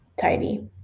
tidy